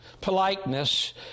politeness